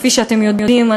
כפי שאתם יודעים,